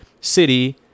City